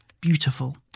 beautiful